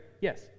Yes